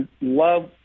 love